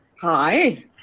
Hi